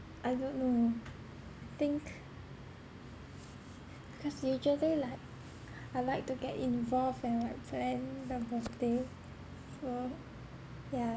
I don't know I think cause usually like I like to get involved and like plan the birthday so yeah